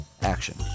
action